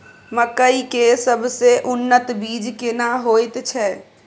मकई के सबसे उन्नत बीज केना होयत छै?